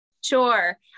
Sure